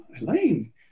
Elaine